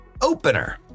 opener